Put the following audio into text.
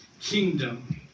kingdom